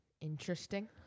interesting